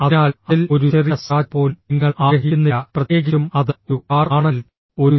അതിനാൽ അതിൽ ഒരു ചെറിയ സ്ക്രാച്ച് പോലും നിങ്ങൾ ആഗ്രഹിക്കുന്നില്ല പ്രത്യേകിച്ചും അത് ഒരു കാർ ആണെങ്കിൽ